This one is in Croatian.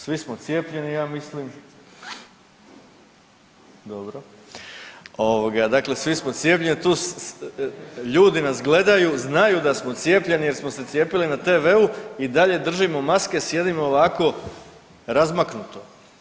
Svi smo cijepljeni ja mislim, dobro, ovoga dakle svi smo cijepljeni, ljudi nas gledaju, znaju da smo cijepljeni jer smo se cijepili na tv-u i dalje držimo maske i sjedimo ovako razmaknuto.